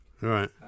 Right